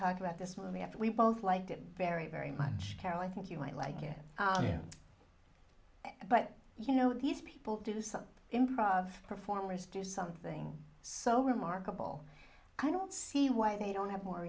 talk about this one we have we both liked him very very much carol i think you might like it but you know these people do some improv performers do something so remarkable i don't see why they don't have more